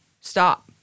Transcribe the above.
stop